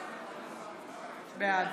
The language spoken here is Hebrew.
בעד